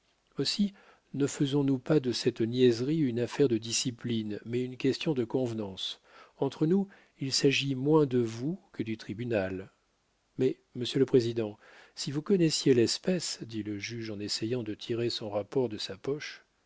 aussi ne faisons-nous pas de cette niaiserie une affaire de discipline mais une question de convenance entre nous il s'agit moins de vous que du tribunal mais monsieur le président si vous connaissiez l'espèce dit le juge en essayant de tirer son rapport de sa poche